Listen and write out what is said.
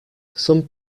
some